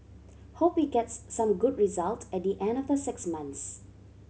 hope it gets some good result at the end of the six months